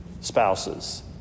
spouses